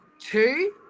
two